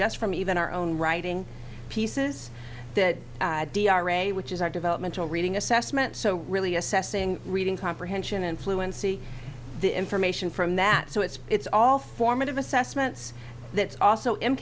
just from even our own writing pieces that are a which is our developmental reading assessment so really assessing reading comprehension and fluency the information from that so it's it's all formative assessments that's also